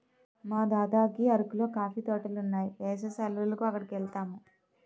మా దద్దకి అరకులో కాఫీ తోటలున్నాయి ఏసవి సెలవులకి అక్కడికెలతాము